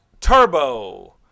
turbo